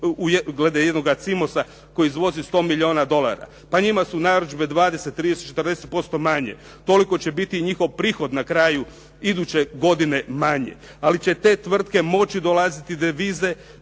Glede jednoga "Cimos-a" koji izvozi 100 milijuna dolara. Pa njima su narudžbe 20, 30 40% manje. Toliko će biti njihov prihod na kraju iduće godine manji. Ali će te tvrtke moći dolaziti do deviza